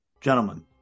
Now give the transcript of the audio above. gentlemen